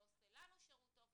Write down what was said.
לא עושה לנו שירות טוב,